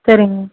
சரிங்க